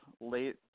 late